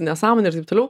nesąmonė ir taip toliau